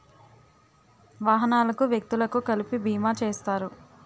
వాహనాలకు వ్యక్తులకు కలిపి బీమా చేస్తారు